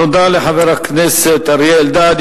תודה לחבר הכנסת אריה אלדד.